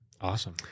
awesome